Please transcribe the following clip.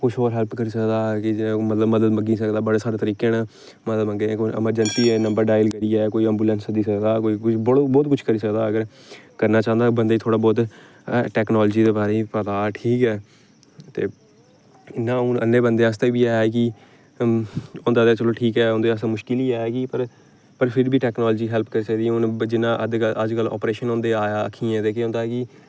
कुछ होर हैल्प करी सकदा मतलब मदद मंगी सकदा बड़े सारे तरीके न मतलब अमरजैंसी नंबर डायल करियै कोई ऐंबुलैंस सद्दी सकदा कोई कुछ बौह्त बौह्त कुछ करी सकदा अगर करना चांह्दा बंदे गी थोह्ड़ा बौह्त टैकनालजी दे बारे च पता ठीक ऐ ते इ'यां हून अन्ने बंदे आस्तै बी ऐ कि होंदे ते ऐ चलो ठीक ऐ उं'दे आस्तै मुश्कल ई ऐ पर पर फिर बी टैकनालजी हैल्प करी सकदी ऐ हून जियां अज्ज कल अप्रेशन होंदे आया अक्खियें दे केह् होंदा कि